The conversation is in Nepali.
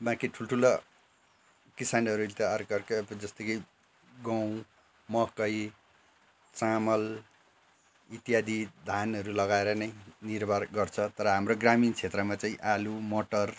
बाँकी ठुल्ठुला किसानहरूले अर्कै अर्कै जस्तो कि गहुँ मकै चामल इत्यादि धानहरू लगाएर नै निर्वाह गर्छ तर हाम्रो ग्रामीण क्षेत्रमा चाहिँ आलु मटर